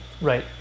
Right